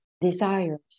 desires